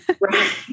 Right